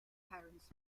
patterns